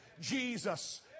Jesus